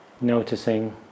noticing